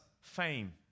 fame